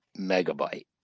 Megabyte